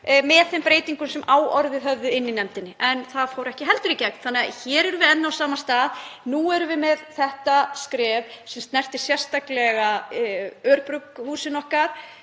með þeim breytingum sem orðið höfðu í nefndinni. En það fór ekki heldur í gegn þannig að hér erum við enn á sama stað. Nú erum við með þetta skref sem snertir sérstaklega örbrugghúsin okkar,